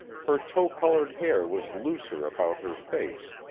her tow-colored hair was looser about her face,